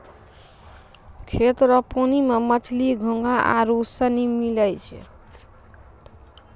खेत रो पानी मे मछली, घोंघा आरु सनी मिलै छै